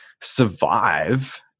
survive